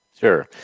Sure